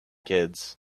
kids